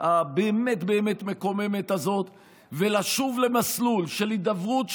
הבאמת-באמת מקוממת הזאת ולשוב למסלול של הידברות,